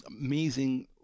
Amazing